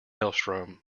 maelstrom